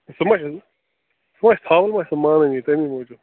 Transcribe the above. سُہ ما چھُ سُہ ما چھُ ژھاوُل ما چھِ سُہ مانٲنی تٔمی موٗجوب